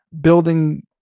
building